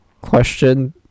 question